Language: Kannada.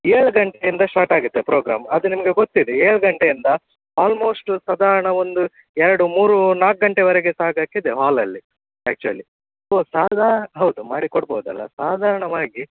ಏಳು ಗಂಟೆಯಿಂದ ಸ್ಟಾರ್ಟಾಗುತ್ತೆ ಪ್ರೋಗ್ರಾಮ್ ಅದು ನಿಮಗೆ ಗೊತ್ತಿದೆ ಏಳು ಗಂಟೆಯಿಂದ ಆಲ್ಮೋಸ್ಟು ಸಾಧಾರ್ಣ ಒಂದು ಎರಡು ಮೂರು ನಾಲ್ಕು ಗಂಟೆವರೆಗೆ ಸಹ ಆಗೋಕ್ಕಿದೆ ಹಾಲಲ್ಲಿ ಆ್ಯಕ್ಚುವಲಿ ಸೊ ಸಾದಾ ಹೌದು ಮಾಡಿಕೊಡ್ಬೋದಲ್ಲ ಸಾಧಾರಣವಾಗಿ